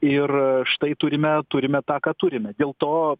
ir štai turime turime tą ką turime dėl to